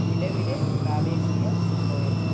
നിലവിലെ പ്രാദേശിക സംഭവങ്ങൾ